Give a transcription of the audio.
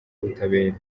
ubutabera